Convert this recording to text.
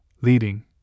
leading